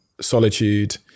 solitude